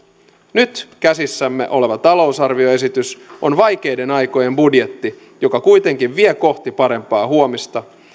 nyt käsissämme oleva talousarvioesitys on vaikeiden aikojen budjetti joka kuitenkin vie kohti parempaa huomista